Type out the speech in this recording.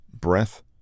breath